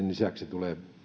lisäksi tulee